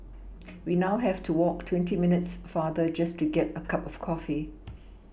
we now have to walk twenty minutes farther just to get a cup of coffee